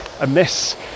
amiss